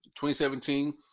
2017